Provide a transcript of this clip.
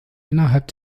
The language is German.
innerhalb